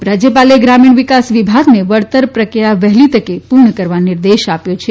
ઉપરાજ્યપાલે ગ્રામીણ વિકાસ વિભાગને વળતર પ્રક્રિયા વહેલી તકે પુર્ણ કરવા નિર્દેશ આપ્યો છે